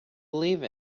believe